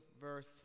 verse